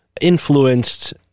influenced